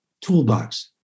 toolbox